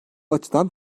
açıdan